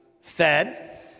fed